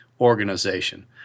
organization